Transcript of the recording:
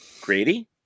Grady